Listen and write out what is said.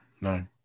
no